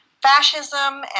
fascism